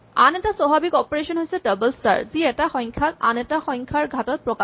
আন এটা স্বাভাৱিক অপাৰেচন হৈছে ডবল স্টাৰ যি এটা সংখ্যাক আন এটা সংখ্যাৰ ঘাতত প্ৰকাশ কৰে